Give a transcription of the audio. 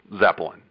Zeppelin